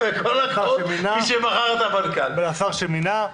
ולשר שמינה.